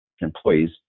employees